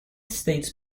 states